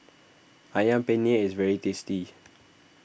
Ayam Penyet is very tasty